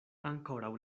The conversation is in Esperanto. ankoraŭ